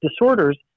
disorders